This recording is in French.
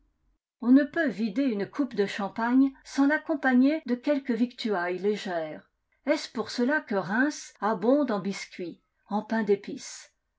on ne peut vider une coupe de champagne sans l'accompagner de quelque victuaille légère est-ce pour cela que reims abonde en biscuits en pains d'épices